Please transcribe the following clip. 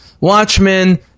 Watchmen